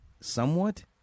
somewhat